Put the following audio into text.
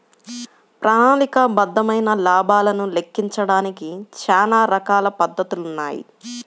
ప్రణాళికాబద్ధమైన లాభాలను లెక్కించడానికి చానా రకాల పద్ధతులున్నాయి